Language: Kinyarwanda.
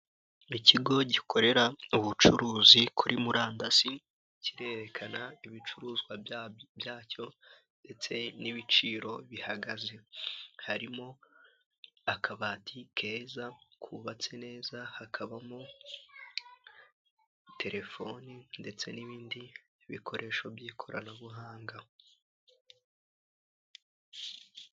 Ikigo gikorera ubucuruzi kuri murandasi kirerekana ibicuruzwa byacyo ndetse n'ibiciro bihagaze harimo akabati keza kubatse neza hakabamo telefoni ndetse n'ibindi bikoresho by'ikoranabuhanga.